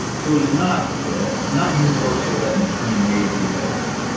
so it is not not universal that an attorney may be available.